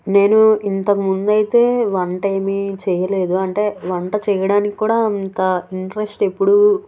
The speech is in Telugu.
నేను ఇంతకుముందయితే వంటేమి చేయలేదు అంటే వంట చేయడానికి కూడా అంత ఇంట్రస్ట్ ఎప్పుడూ